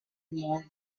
mocked